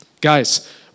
Guys